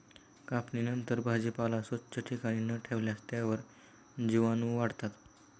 कापणीनंतर भाजीपाला स्वच्छ ठिकाणी न ठेवल्यास त्यावर जीवाणूवाढतात